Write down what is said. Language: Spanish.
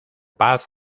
paz